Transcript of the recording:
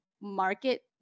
market